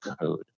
code